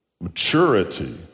maturity